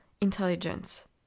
intelligence